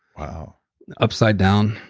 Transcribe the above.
upside down,